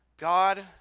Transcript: God